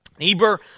Eber